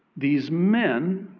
these men